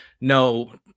No